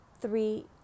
three